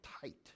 tight